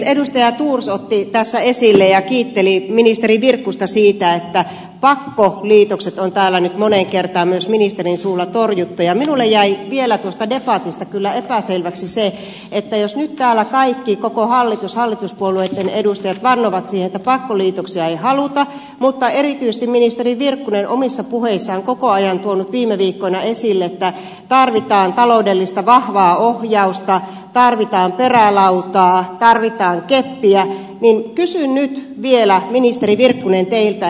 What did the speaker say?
edustaja thors otti tässä esille ja kiitteli ministeri virkkusta siitä että pakkoliitokset on täällä nyt moneen kertaan myös ministerin suulla torjuttu ja minulle jäi vielä tuosta debatista kyllä epäselväksi se että jos nyt täällä kaikki koko hallitus hallituspuolueitten edustajat vannovat sitä että pakkoliitoksia ei haluta mutta erityisesti ministeri virkkunen omissa puheissaan on koko ajan tuonut viime viikkoina esille että tarvitaan taloudellista vahvaa ohjausta tarvitaan perälautaa tarvitaan keppiä niin kysyn nyt vielä ministeri virkkunen teiltä